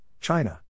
China